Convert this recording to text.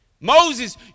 Moses